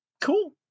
Cool